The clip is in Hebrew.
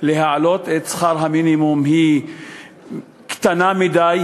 להעלות את שכר המינימום היא מצומצמת מדי,